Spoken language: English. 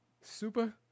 Super